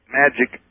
magic